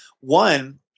One